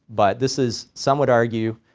but this is, some would argue,